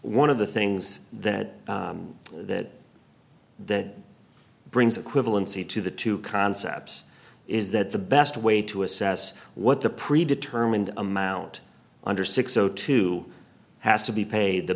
of the things that that that brings equivalency to the two concepts is that the best way to assess what the pre determined amount under six o two has to be paid the